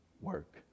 work